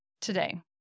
today